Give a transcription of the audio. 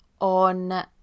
on